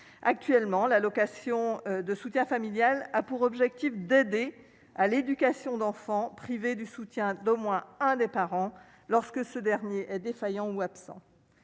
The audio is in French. actuellement, l'allocation de soutien familial a pour objectif d'aider à l'éducation d'enfants privés du soutien d'au moins un des parents, lorsque ce dernier défaillants ou absents.